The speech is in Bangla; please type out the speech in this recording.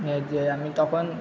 আমি তখন